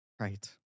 Right